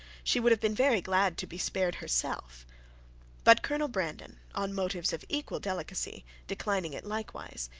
she would have been very glad to be spared herself but colonel brandon, on motives of equal delicacy, declining it likewise,